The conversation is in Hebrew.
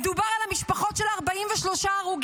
מדובר על המשפחות של 43 הרוגים,